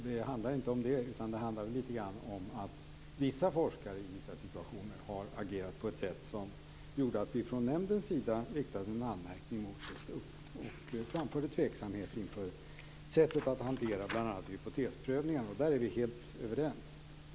Det handlar inte om det utan det handlar litet grand om att vissa forskare i vissa situationer har agerat på ett sätt som gjorde att vi från nämnden riktade en anmärkning mot och framförde tveksamhet inför sättet att hantera bl.a. hypotesprövningen. Där är vi helt överens.